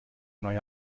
neuer